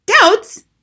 Doubts